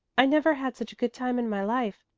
i never had such a good time in my life.